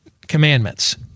Commandments